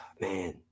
man